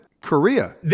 Korea